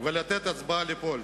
ולתת להצבעה ליפול.